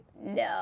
No